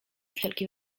wszelki